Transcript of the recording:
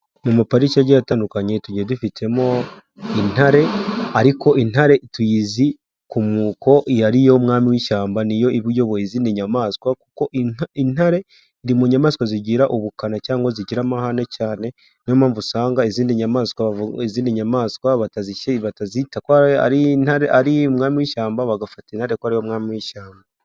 Mu mapariki agiye atandukanye tugiye dufitemo intare, ariko intare tuyizi ku mwuko iyo ari yo mwami w'ishyamba ni yo iba iyoboye izindi nyamaswa, kuko inka intare iri mu nyamaswa zigira ubukana cyangwa zigira amahane cyane, ni yo mpamvu usanga izindi nyamaswa bavu izindi nyamaswa batazishyi batazita ko ari intare ari umwami w'ishyamba bagafata intare ko ari we mwami w'ishyamba.